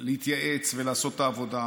להתייעץ ולעשות את העבודה.